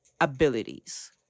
abilities